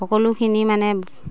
সকলোখিনি মানে